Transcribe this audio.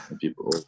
people